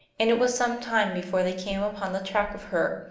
and it was some time before they came upon the track of her.